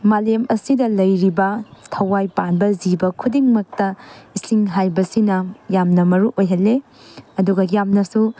ꯃꯥꯂꯦꯝ ꯑꯁꯤꯗ ꯂꯩꯔꯤꯕ ꯊꯋꯥꯏ ꯄꯥꯟꯕ ꯖꯤꯕ ꯈꯨꯗꯤꯡꯃꯛꯇ ꯏꯁꯤꯡ ꯍꯥꯏꯕꯁꯤꯅ ꯌꯥꯝꯅ ꯃꯔꯨ ꯑꯣꯏꯍꯜꯂꯤ ꯑꯗꯨꯒ ꯌꯥꯝꯅꯁꯨ